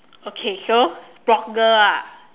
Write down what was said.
okay so blogger ah